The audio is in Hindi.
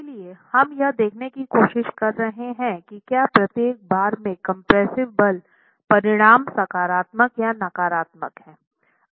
इसलिए हम यह देखने की कोशिश कर रहे हैं कि क्या प्रत्येक बार में कम्प्रेस्सिव बल परिणाम सकारात्मक या नकारात्मक है